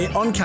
on